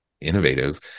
innovative